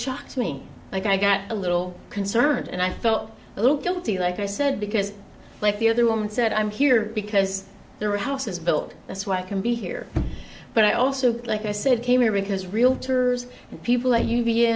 shocked me like i got a little concerned and i felt a little guilty like i said because the other woman said i'm here because there are houses built that's why i can be here but i also like i said came here because realtors and people are you